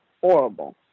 horrible